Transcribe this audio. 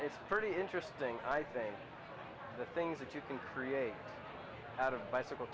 it's pretty interesting i think the things that you can create out of a bicycle